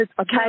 Okay